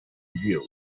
you